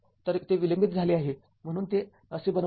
तर ते विलंबित झाले आहे म्हणून ते असे बनवले आहे